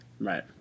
Right